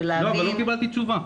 ולהבין --- אבל לא קיבלתי תשובה.